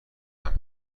عمم